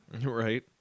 Right